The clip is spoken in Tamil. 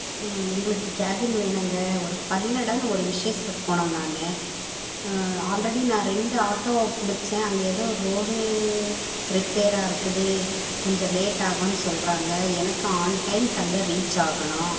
எங்களுக்கு கேபின் வேணுங்க ஒரு பல்லடம்ல ஒரு விசேஷத்துக்கு போகணும் நான் ஆல்ரெடி நான் ரெண்டு ஆட்டோ பிடிச்சேன் அங்கே ஏதோ ரோடு ரிப்பேராக இருக்குது கொஞ்சோம் லேட் ஆகும்னு சொல்றாங்க எனக்கு ஆன் டைம்க்கு அங்கே ரீச் ஆகணும்